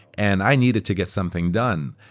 and i needed to get something done.